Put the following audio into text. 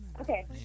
Okay